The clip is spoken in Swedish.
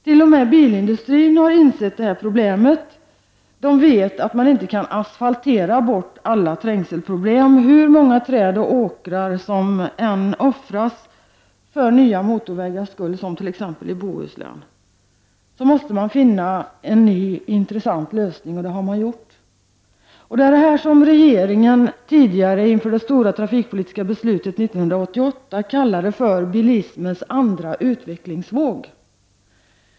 T.o.m. bilindustrin har insett detta problem. Man vet att det inte går att asfaltera bort alla trängselproblem hur många träd och åkrar som än offras för nya motorvägars skull, som i t.ex. Bohuslän. Därför måste man finna en ny intressant lösning, och det har man gjort. Det är det som regeringen tidigare inför det stora trafikpolitiska beslutet 1988 kallade för ”bilismens andra utvecklingsvåg”.